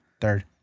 Third